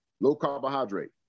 Low-carbohydrate